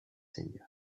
seigneurs